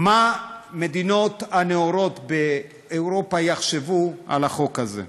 מה המדינות הנאורות באירופה יחשבו על החוק הזה,